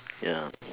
ya